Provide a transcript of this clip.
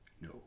No